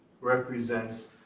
represents